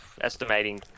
estimating